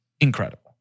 incredible